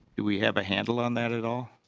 we have a handle on that at all.